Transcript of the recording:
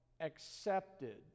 accepted